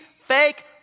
fake